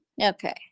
Okay